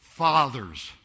Fathers